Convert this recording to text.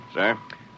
Sir